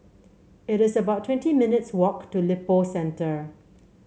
it is about twenty minutes' walk to Lippo Centre